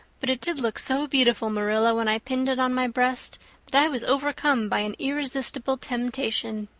but it did look so beautiful, marilla, when i pinned it on my breast that i was overcome by an irresistible temptation.